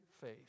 faith